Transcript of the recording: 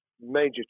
major